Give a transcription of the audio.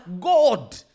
God